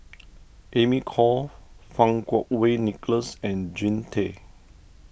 Amy Khor Fang Kuo Wei Nicholas and Jean Tay